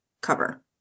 cover